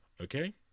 Okay